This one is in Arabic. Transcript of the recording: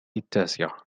التاسعة